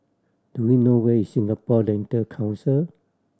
do you know where is Singapore Dental Council